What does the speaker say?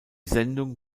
sendung